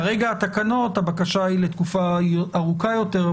כרגע הבקשה היא לתקופה ארוכה יותר.